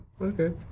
Okay